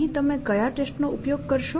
અહીં તમે કયા ટેસ્ટ નો ઉપયોગ કરશો